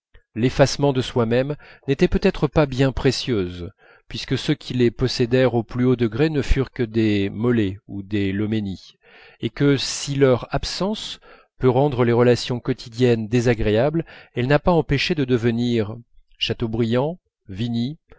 l'effacement de soi-même n'étaient peut-être pas bien précieuses puisque ceux qui les possédèrent au plus haut degré ne furent que des molé et des loménie et que si leur absence peut rendre les relations quotidiennes désagréables elle n'a pas empêché de devenir chateaubriand vigny